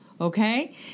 Okay